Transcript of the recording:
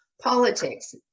Politics